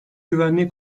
güvenliği